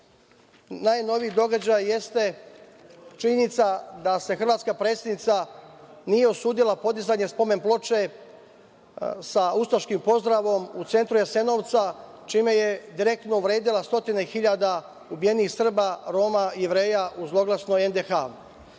najnoviji događaj, jeste činjenica da se hrvatska predsednica nije usudila podizanje spomen ploče sa ustaškim pozdravom u centru Jasenovca, čime je direktno uvredila stotine hiljada ubijenih Srba, Roma i Jevreja u zloglasnoj